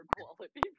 quality